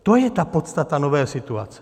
To je ta podstata nové situace.